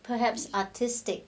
perhaps artistic